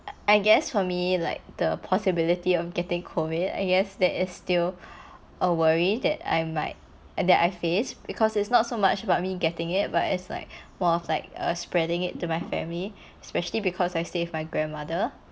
I guess for me like the possibility of getting COVID I guess that is still a worry that I might and that I face because it's not so much about me getting it but it's like more of like a spreading it to my family especially because I stay with my grandmother